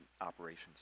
operations